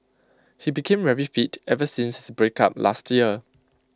he became very fit ever since his breakup last year